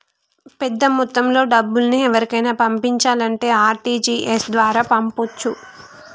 పెద్దమొత్తంలో డబ్బుల్ని ఎవరికైనా పంపించాలంటే ఆర్.టి.జి.ఎస్ ద్వారా పంపొచ్చు